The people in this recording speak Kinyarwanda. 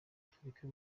afurika